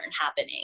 happening